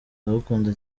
ndagukunda